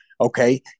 Okay